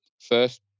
first